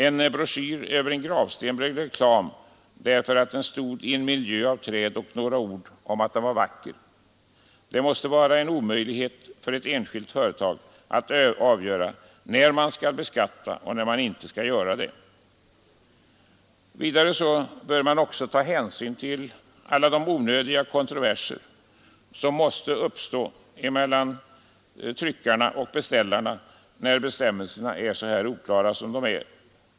En broschyr över en gravsten blev reklam därför att den stod i en miljö av träd och det stod några ord om att den var vacker. Det måste vara en omöjlighet för ett enskilt företag att avgöra när man skall beskatta och när man inte skall göra det. Vidare bör man också ta hänsyn till alla de onödiga kontroverser som måste uppstå mellan tryckare och beställare när bestämmelserna är så oklara som de är.